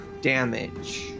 damage